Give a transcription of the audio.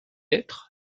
être